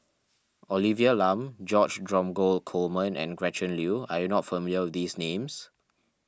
Olivia Lum George Dromgold Coleman and Gretchen Liu are you not familiar with these names